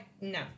no